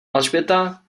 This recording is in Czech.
alžběta